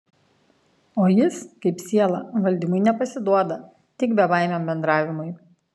o jis kaip siela valdymui nepasiduoda tik bebaimiam bendravimui